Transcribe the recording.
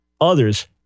others